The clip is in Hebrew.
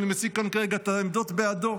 אני מציג כאן כרגע את העמדות בעדו,